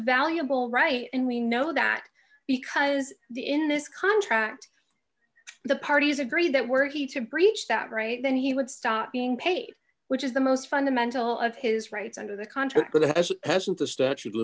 valuable right and we know that because the in this contract the parties agree that were he to breach that right then he would stop being paid which is the most fundamental of his rights under the contract but as it hasn't the statue of